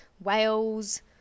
Wales